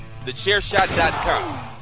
TheChairShot.com